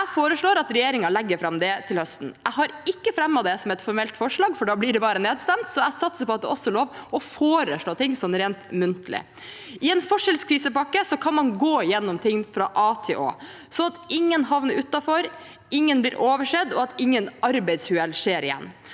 Jeg foreslår at regjeringen legger det fram til høsten. Jeg har ikke fremmet det som et formelt forslag, for da blir det bare nedstemt, så jeg satser på at det også er lov å foreslå ting muntlig. I en forskjellskrisepakke kan man gå gjennom ting fra a til å, slik at ingen havner utenfor, ingen blir oversett, og ingen arbeidsuhell skjer igjen.